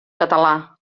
català